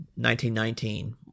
1919